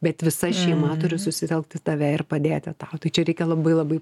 bet visa šeima turi susitelkt į tave ir padėti tau tai čia reikia labai labai